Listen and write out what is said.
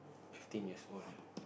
fifteen years old